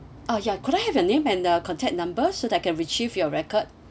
uh ya could I have your name and uh contact number so that I can retrieve your record